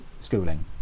schooling